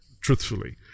truthfully